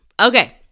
okay